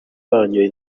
banyoye